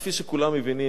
וכפי שכולם מבינים,